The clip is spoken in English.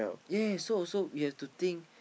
yes so so you have to think